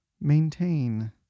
maintain